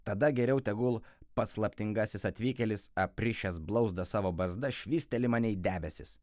tada geriau tegul paslaptingasis atvykėlis aprišęs blauzdą savo barzda švysteli mane į debesis